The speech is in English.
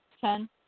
Ten